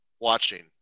watching